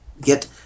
Get